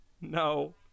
No